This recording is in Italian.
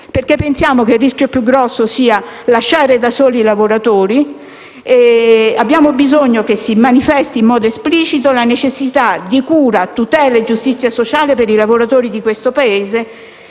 pensiamo che il rischio più grande sia lasciare da soli i lavoratori. Abbiamo bisogno che si manifesti in modo esplicito la necessità di cura, tutela e giustizia sociale per i lavoratori di questo Paese